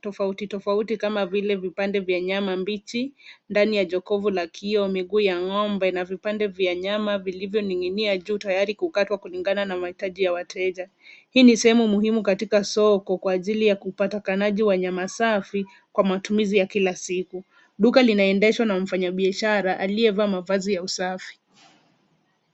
tofautitofauti kama vile vipande vya nyama mbichi. Ndani ya jokovu la kioo, miguu ya ng'ombe na vipande vya nyama vilivyoning'inia juu tayari kukatwa kulingana na mahitaji wateja. Hii ni sehemu muhimu katika soko kwa ajili ya upatikanaji wa nyama safi kwa matumizi ya kila siku. Duka linaendeshwa na mfanyabiashara aliyevaa mavazi ya usafi.